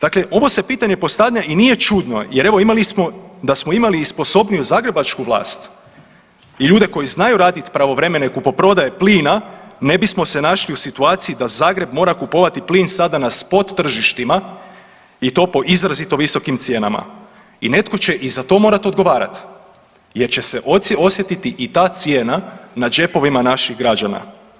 Dakle, ovo se pitanje postavlja i nije čudno jer evo imali smo da smo imali sposobniju zagrebačku vlast i ljude koji znaju raditi pravovremene kupoprodaje plina ne bismo se našli u situaciji da Zagreb mora kupovati plin sada na spot tržištima i to po izrazito visokim cijenama i netko će i za to morat odgovarat jer će se osjetiti i ta cijena na džepovima naših građana.